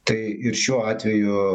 tai ir šiuo atveju